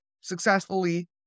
successfully